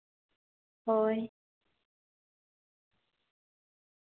ᱦᱳᱭ